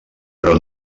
però